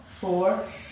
four